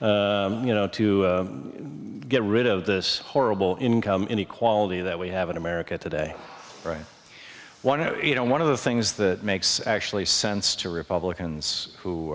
you know to get rid of this horrible income inequality that we have in america today right one of you know one of the things that makes actually sense to republicans who